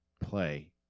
play